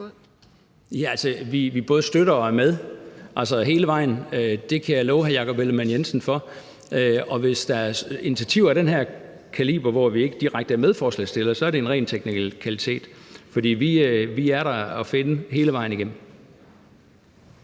vi både støtter og er med, altså hele vejen. Det kan jeg love hr. Jakob Ellemann-Jensen. Og hvis der er initiativer af den her kaliber, hvor vi ikke direkte er medforslagsstillere, så er der tale om en ren teknikalitet, for vi er at finde der hele vejen igennem.